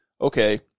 okay